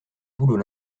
boulot